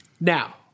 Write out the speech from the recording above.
Now